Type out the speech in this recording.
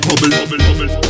bubble